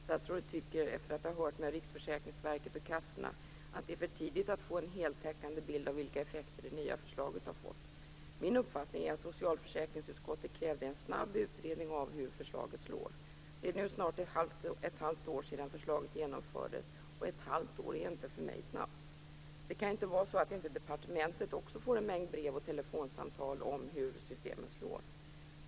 Statsrådet tycker, efter att ha hört med Riksförsäkringsverket och kassorna, att det är för tidigt att få en heltäckande bild av vilka effekter det nya förslaget har fått. Min uppfattning är att socialförsäkringsutskottet krävde en snabb utredning av hur förslaget slår. Det är nu snart ett halvt år sedan förslaget genomfördes, och ett halvt år är inte för mig snabbt. Det kan ju inte vara så att inte departementet också får en mängd brev och telefonsamtal om hur systemet slår.